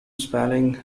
spelling